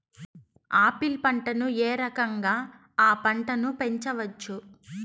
Apple పంటను ఏ రకంగా అ పంట ను పెంచవచ్చు?